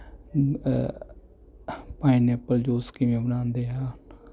pineapple juice ਕਿਵੇਂ ਬਣਾਉਂਦੇ ਆ